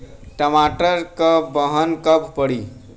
टमाटर क बहन कब पड़ी?